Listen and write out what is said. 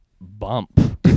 bump